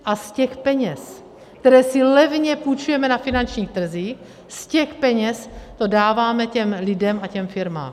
A z těch peněz, které si levně půjčujeme na finančních trzích, z těch peněz to dáváme těm lidem a těm firmám.